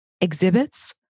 exhibits